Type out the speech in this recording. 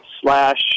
Slash